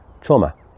trauma